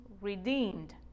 redeemed